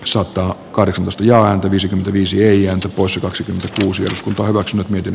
sota on kahdeksan ostaja olisi pysyä poissa kaksi kinnusen eduskunta omaksunut miten